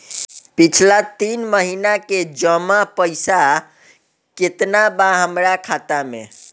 पिछला तीन महीना के जमा पैसा केतना बा हमरा खाता मे?